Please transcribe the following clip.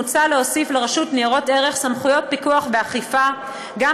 מוצע להוסיף לרשות ניירות ערך סמכויות פיקוח ואכיפה גם